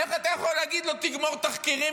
איך אתה יכול להגיד לו: תגמור תחקירים,